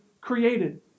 created